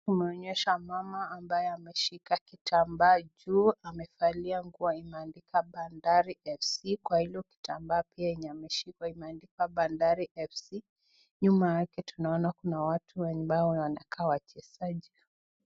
Tumeonyesha mama ameshika kitambaa juu amekalia nguo imeandikwa bandari fc kwa hilo kitamba ameshika imeandikwa bandari fc nyuma yake tunaona kuna watu ambao wanakaa wachezaji